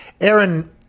Aaron –